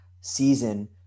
season